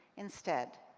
instead,